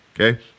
okay